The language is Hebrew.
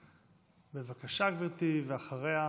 בבקשה, גברתי, ואחריה,